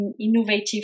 innovative